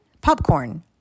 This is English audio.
Popcorn